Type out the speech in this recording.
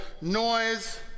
noise